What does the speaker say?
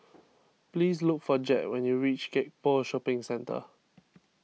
please look for Jett when you reach Gek Poh Shopping Centre